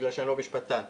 ממה שנמסר לי פה,